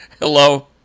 Hello